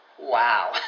Wow